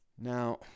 Now